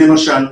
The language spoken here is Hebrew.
למשל.